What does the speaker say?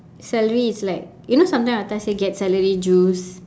celery is like you know sometimes ata says get celery juice